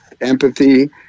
Empathy